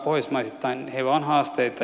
pohjoismaisittain heillä on haasteita